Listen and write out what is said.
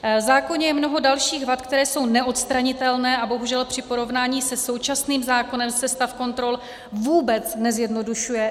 V zákoně je mnoho dalších vad, které jsou neodstranitelné, a bohužel při porovnání se současným zákonem se stav kontrol vůbec nezjednodušuje.